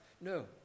No